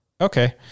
Okay